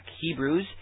Hebrews